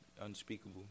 unspeakable